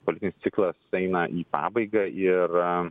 politinis ciklas eina į pabaigą ir